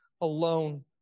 alone